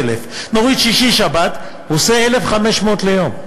נוריד שישי-שבת, הוא עושה 1,500 ליום.